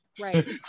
Right